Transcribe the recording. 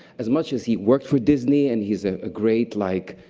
as much as he worked for disney and he's a ah great, like,